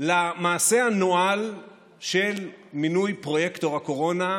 למעשה הנואל של מינוי פרויקטור הקורונה,